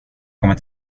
kommer